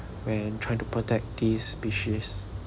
when trying to protect these species